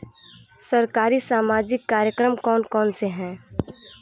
सरकारी सामाजिक कार्यक्रम कौन कौन से हैं?